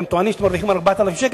אתם טוענים שאתם מרוויחים 4,000 שקל,